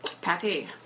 Patty